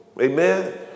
Amen